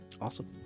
Awesome